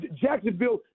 Jacksonville